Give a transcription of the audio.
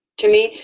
to me,